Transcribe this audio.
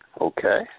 Okay